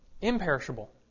imperishable